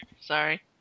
Sorry